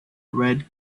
red